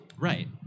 Right